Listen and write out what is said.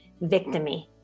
victim-y